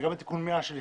וגם את תיקון 100 שלפניו,